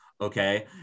Okay